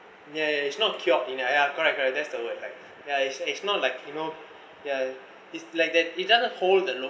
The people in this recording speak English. ya it's not cured in ya ya correct correct that's the word like ya it's it's not like you know ya is like that it doesn't hold the whole